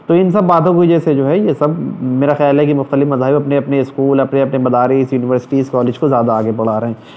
تو ان سب باتوں کی وجہ سے جو ہے یہ سب میرا خیال ہے کہ مختلف مذاہب اپنے اپنے اسکول اپنے اپنے مدارس یونیورسٹیز کالج کو زیادہ آگے بڑھا رہے ہیں